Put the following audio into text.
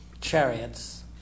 chariots